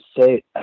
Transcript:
say